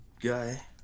guy